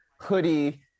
hoodie